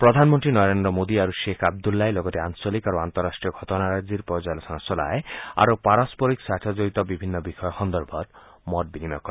প্ৰধানমন্ত্ৰী মোদী আৰু শ্বেখ আন্দুল্লাহই লগতে আঞ্চলিক আৰু আন্তঃৰাষ্টীয় ঘটনাৰাজিৰ পৰ্যালোচনা চলায় আৰু পাৰস্পৰিক স্বাৰ্থ জড়িত বিভিন্ন বিষয় সন্দৰ্ভত মত বিনিময় কৰে